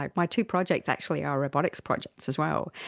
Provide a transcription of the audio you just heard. like my two projects actually are robotics projects as well.